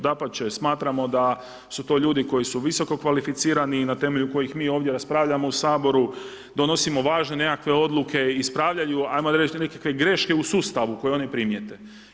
Dapače, smatramo, da su to ljudi koji su visoko kvalificirani i na temelju kojim mi ovdje raspravljamo u Saboru, donosimo važne nekakve odluke, ispravljaju, ajmo reći te nekakve greške u sustavu koje oni primijete.